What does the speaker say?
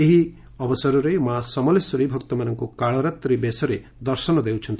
ଏହି ଅବସରରେ ମା ସମଲେଶ୍ୱରୀ ଭକ୍ତମାନଙ୍କୁ କାଳରାତ୍ରୀ ବେଶରେ ଦର୍ଶନ ଦେଉଛନ୍ତି